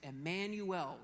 Emmanuel